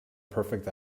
perfect